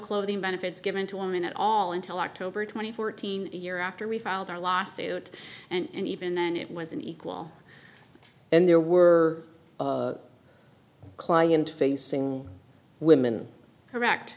clothing benefits given to women at all until october twenty fourth teen a year after we filed our lawsuit and even then it was an equal and there were client facing women correct